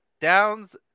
Downs